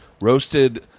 roasted –